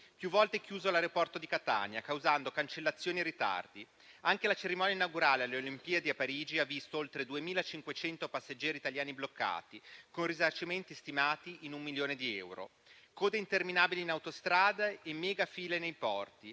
Più volte è stato chiuso l'aeroporto di Catania, causando cancellazioni e ritardi. Anche la cerimonia inaugurale alle Olimpiadi a Parigi ha visto oltre 2.500 passeggeri italiani bloccati, con risarcimenti stimati in 1 milione di euro. Per non parlare delle code interminabili in autostrade e delle mega file nei porti;